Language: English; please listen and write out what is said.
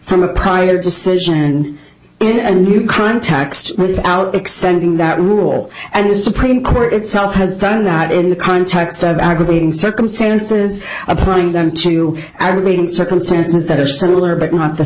from a prior decision in a new contacts without extending that rule and the supreme court itself has done that in the context of aggravating circumstances applying them to aggravating circumstances that are similar but not the